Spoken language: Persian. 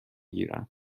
گیرند